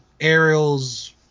Ariel's